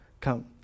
come